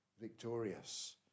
victorious